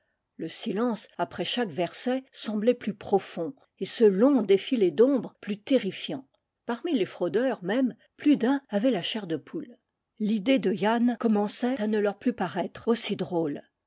le silence après chaque verset semblait plus profond et ce long défilé d'ombres plus terrifiant parmi les fraudeurs mêmes plus d'un avait la chair de poule l'idée de yann commençait à ne leur plus paraître aussi drôle